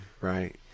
Right